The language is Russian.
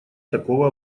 такого